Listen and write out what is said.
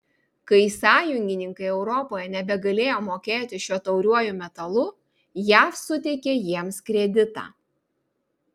kai sąjungininkai europoje nebegalėjo mokėti šiuo tauriuoju metalu jav suteikė jiems kreditą